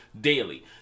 daily